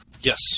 Yes